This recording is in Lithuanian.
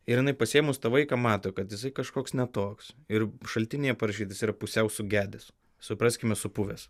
ir jinai pasiėmus tą vaiką mato kad jisai kažkoks ne toks ir šaltinyje parašytas jis yra pusiau sugedęs supraskime supuvęs